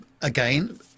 again